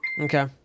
okay